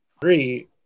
Three